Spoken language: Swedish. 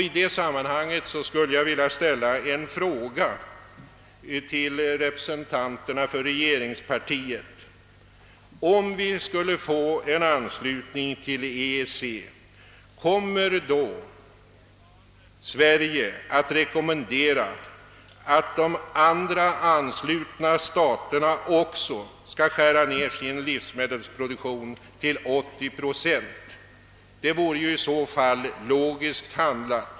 I det sammanhanget vill jag ställa en fråga till representanterna för regeringspartiet: Om vi skulle vinna anslutning till EEC, kommer då Sverige att rekommendera att de andra anslutna staterna också skall skära ned sin livsmedelsproduktion till 80 procent? Det vore i så fall logiskt handlat.